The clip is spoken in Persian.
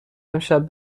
امشب